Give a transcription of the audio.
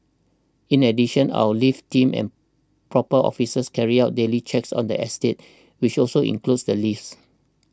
in addition our lift team and proper officers carry out daily checks on the estates which also include the lifts